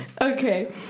Okay